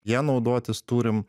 ja naudotis turim